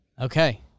Okay